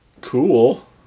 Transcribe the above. Cool